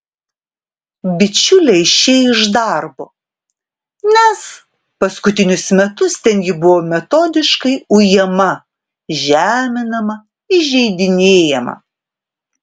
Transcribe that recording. bičiulė išėjo iš darbo nes paskutinius metus ten ji buvo metodiškai ujama žeminama įžeidinėjama